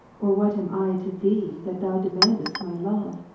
or what am i to thee that thou demandest my love,